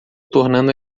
tornando